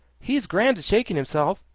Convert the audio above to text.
he's grand at shaking himself,